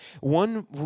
One